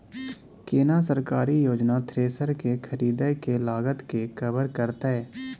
केना सरकारी योजना थ्रेसर के खरीदय के लागत के कवर करतय?